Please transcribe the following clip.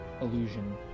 illusion